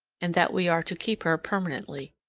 and that we are to keep her permanently.